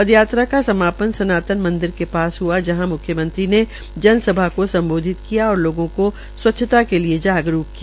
पदयात्रा का समापन सनातन मंदिर के पास हआ जहाँ पर म्ख्यमंत्री ने जन सभा को सम्बोदित किया और लोगो को सव्छता के लिए जागरूक किया